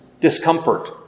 discomfort